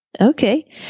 Okay